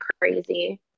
crazy